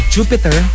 Jupiter